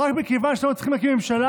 רק מכיוון שאתם לא מצליחים להקים ממשלה,